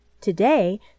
Today